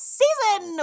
season